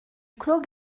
clos